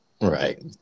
Right